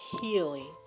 healing